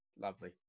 lovely